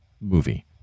movie